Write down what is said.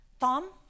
tom